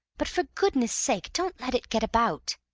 but for goodness' sake don't let it get about!